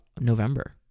November